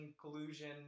collusion